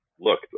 look